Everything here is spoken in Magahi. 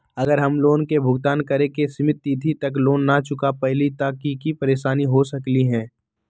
अगर हम लोन भुगतान करे के सिमित तिथि तक लोन न चुका पईली त की की परेशानी हो सकलई ह?